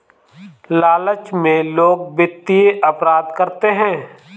लालच में लोग वित्तीय अपराध करते हैं